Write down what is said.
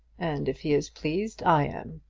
and if he is pleased, i am.